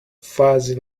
fuzzy